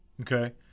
Okay